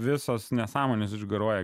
visos nesąmonės išgaruoja